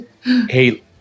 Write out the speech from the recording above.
Hey